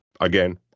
Again